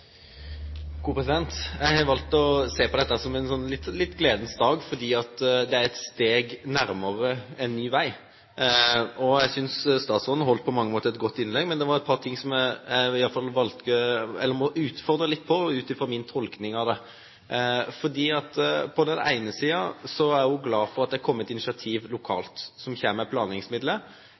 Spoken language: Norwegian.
har valgt å se på dette som en litt gledens dag, fordi det er et steg nærmere en ny vei. Jeg synes statsråden på mange måter holdt et godt innlegg, men det var et par ting som jeg iallfall må utfordre litt ut fra min tolkning av det. På den ene siden er statsråden glad for at det er kommet initiativ lokalt